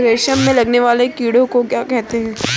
रेशम में लगने वाले कीड़े को क्या कहते हैं?